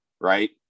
right